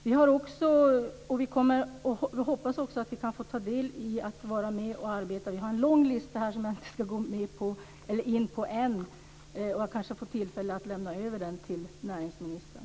Vi hoppas att vi kan få delta i det här arbetet och har en lång lista som jag kanske inte nu ska gå in på. Kanske får jag tillfälle att lämna över den till näringsministern.